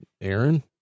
Aaron